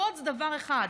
מותרות זה דבר אחד,